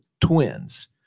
twins